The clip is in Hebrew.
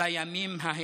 בימים ההם.